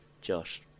Josh